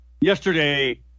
Yesterday